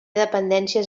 dependències